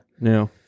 No